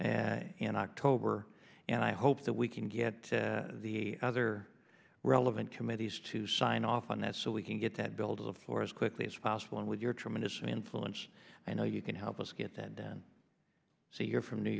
and an october and i hope that we can get the other relevant committees to sign off on that so we can get that bill to the floor as quickly as possible and with your tremendous influence i know you can help us get that done so you're from new